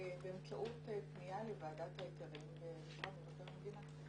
באמצעות פנייה לוועדת ההיתרים במשרד מבקר המדינה.